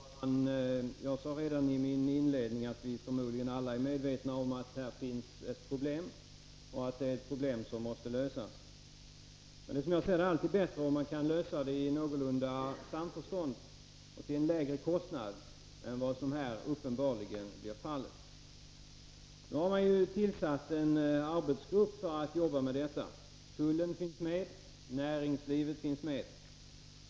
Herr talman! Jag sade redan i inledningen av mitt anförande att vi förmodligen alla är medvetna om att här finns ett problem och att det måste lösas. Men det är alltid bättre om man kan lösa problem i samförstånd och till en lägre kostnad än vad som uppenbarligen här blir fallet. Man har nu tillsatt en arbetsgrupp för att jobba med detta, där tullen och näringslivet finns med.